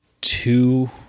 two